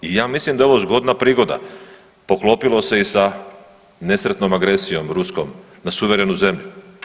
I ja mislim da je ovo zgodna prigoda, poklopilo se i sa nesretnom agresijom Ruskom na suverenu zemlju.